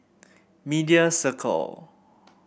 Media Circle